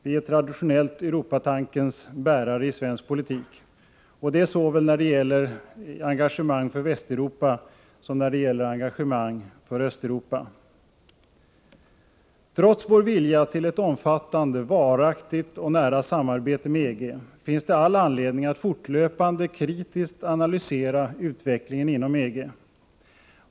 Vi är traditionellt Europatankens bärare i svensk politik, och det såväl när det gäller engagemang för Västeuropa som när det gäller engagemang för Östeuropa. Trots vår vilja till ett omfattande, varaktigt och nära samarbete med EG finns det all anledning att fortlöpande och kritiskt analysera utvecklingen inom EG.